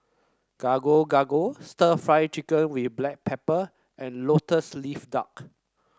Gado Gado Stir Fried Chicken with Black Pepper and lotus leaf duck